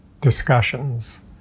discussions